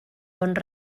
bons